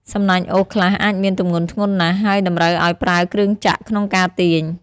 សំណាញ់អូសខ្លះអាចមានទម្ងន់ធ្ងន់ណាស់ ហើយតម្រូវឲ្យប្រើគ្រឿងចក្រក្នុងការទាញ។